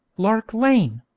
lark lane,